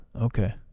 Okay